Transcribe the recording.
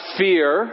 fear